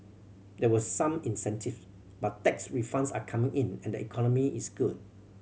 there were some incentive but tax refunds are coming in and the economy is good